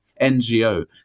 NGO